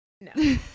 no